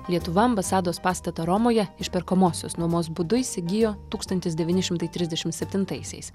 lietuva ambasados pastatą romoje išperkamosios nuomos būdu įsigijo tūkstantis devyni šimtai trisdešim septintaisiais